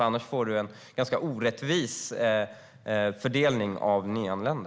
Annars blir det en ganska orättvis fördelning av nyanlända.